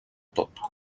tot